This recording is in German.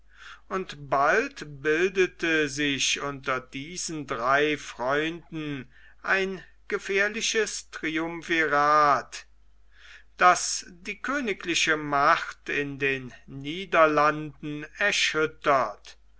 und bald bildete sich unter diesen drei freunden ein gefährliches triumvirat das die königliche macht in den niederlanden erschüttert